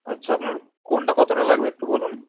আচ্ছা আপনার কোনটা কতটা লাগবে একটু বলুন